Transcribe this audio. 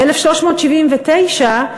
ב-1379,